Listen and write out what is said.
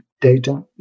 data